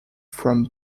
from